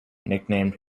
nicknamed